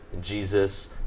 Jesus